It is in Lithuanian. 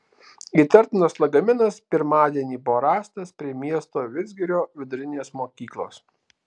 įtartinas lagaminas pirmadienį buvo rastas prie miesto vidzgirio vidurinės mokyklos